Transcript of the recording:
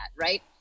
right